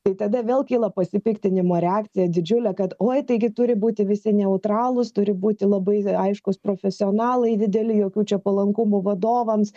tai tada vėl kyla pasipiktinimo reakcija didžiulė kad oi taigi turi būti visi neutralūs turi būti labai aiškūs profesionalai dideli jokių čia palankumų vadovams